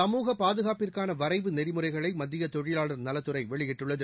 சமூக பாதுகாப்புக்கானவரைவு நெறிமுறைகளைமத்தியதொழிலாளர் நலத்துறைவெளியிட்டுள்ளது